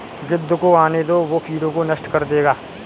गिद्ध को आने दो, वो कीड़ों को नष्ट कर देगा